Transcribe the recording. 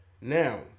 Now